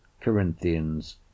Corinthians